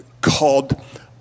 called